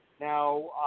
Now